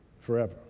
forever